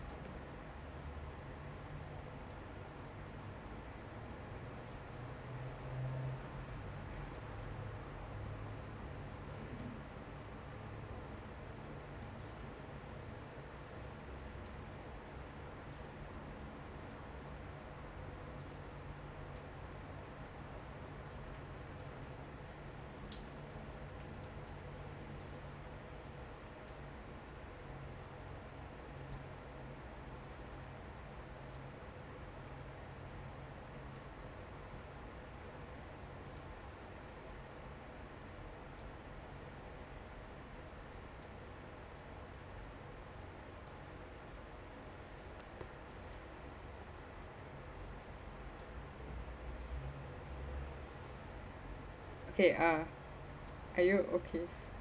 okay uh are you okay